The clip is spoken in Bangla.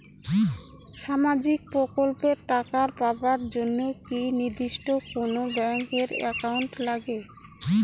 সামাজিক প্রকল্পের টাকা পাবার জন্যে কি নির্দিষ্ট কোনো ব্যাংক এর একাউন্ট লাগে?